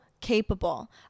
Capable